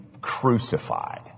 crucified